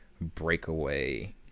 breakaway